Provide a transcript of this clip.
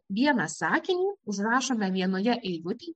vieną sakinį užrašome vienoje eilutėje